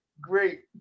great